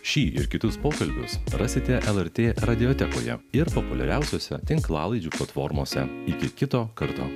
šį ir kitus pokalbius rasite lrt radiotekoje ir populiariausiose tinklalaidžių platformose iki kito karto